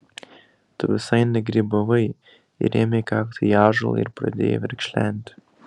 tu visai negrybavai įrėmei kaktą į ąžuolą ir pradėjai verkšlenti